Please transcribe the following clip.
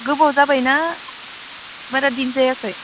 गोबाव जाबाय ना बारा दिन जायाखै